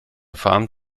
farm